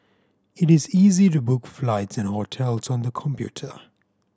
it is easy to book flights and hotels on the computer